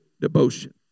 devotion